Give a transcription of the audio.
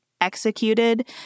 executed